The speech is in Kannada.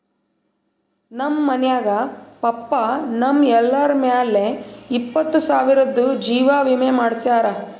ನಮ್ ಮನ್ಯಾಗ ಪಪ್ಪಾ ನಮ್ ಎಲ್ಲರ ಮ್ಯಾಲ ಇಪ್ಪತ್ತು ಸಾವಿರ್ದು ಜೀವಾ ವಿಮೆ ಮಾಡ್ಸ್ಯಾರ